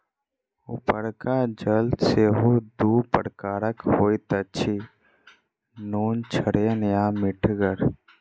उपरका जल सेहो दू प्रकारक होइत अछि, नुनछड़ैन आ मीठगर